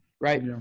right